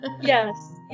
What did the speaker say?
Yes